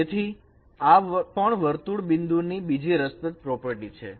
તેથી આ પણ વર્તુળ બિંદુ ની બીજી રસપ્રદ પ્રોપર્ટી છે